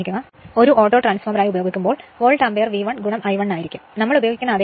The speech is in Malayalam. ഒരു ഓട്ടോ ട്രാൻസ്ഫോർമറായി ഉപയോഗിക്കുമ്പോൾ വോൾട്ട് ആമ്പിയർ V1 I1 ആയിരിക്കും കാരണം നമ്മൾ ഉപയോഗിക്കുന്ന അതേ വിൻഡിംഗ്